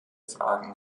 fragen